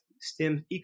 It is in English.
STEM